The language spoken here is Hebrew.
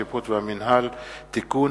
השיפוט והמינהל) (תיקון),